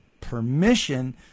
permission